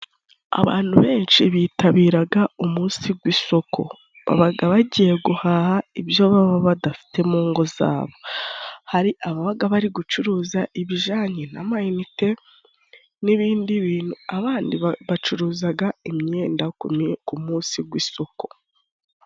Abantu benshi bitabiraga umunsi gw'isoko babaga bagiye guhaha ibyo baba badafite mu ngo zabo. Hari ababaga bari gucuruza ibijanye n'amayinite n'ibindi bintu, abandi bacuruzaga imyenda ku munsi gw'isoko.